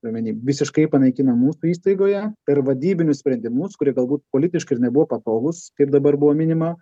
turiu omeny visiškai panaikinom mūsų įstaigoje per vadybinius sprendimus kurie galbūt politiškai ir nebuvo patogūs kaip dabar buvo minima